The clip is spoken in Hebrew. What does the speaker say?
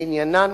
שעניינן